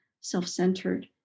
self-centered